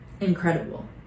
incredible